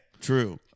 true